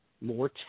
more